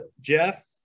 Jeff